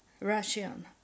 Russian